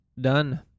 done